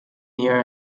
near